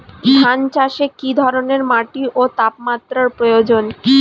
ধান চাষে কী ধরনের মাটি ও তাপমাত্রার প্রয়োজন?